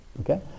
okay